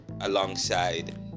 alongside